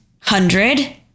hundred